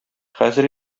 хәзер